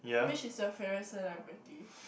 which is your favorite celebrity